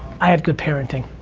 i had good parenting,